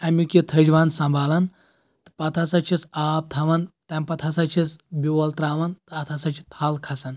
اَمیُک یہِ تھٔجوان سَمبالان تہٕ پَتہٕ ہسا چھِس آب تھاوان تَمہِ پتہٕ ہسا چھِس بیول تراوان تتھ ہسا چھُ تھل کھسان